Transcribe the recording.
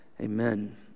amen